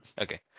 Okay